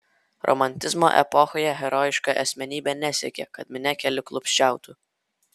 romantizmo epochoje herojiška asmenybė nesiekė kad minia keliaklupsčiautų